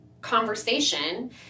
conversation